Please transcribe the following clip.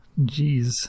Jeez